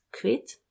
quit